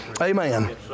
Amen